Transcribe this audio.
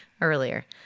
earlier